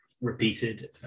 repeated